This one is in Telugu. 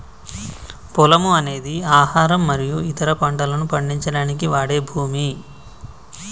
పొలము అనేది ఆహారం మరియు ఇతర పంటలను పండించడానికి వాడే భూమి